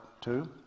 two